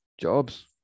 jobs